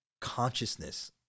consciousness